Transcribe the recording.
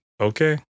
Okay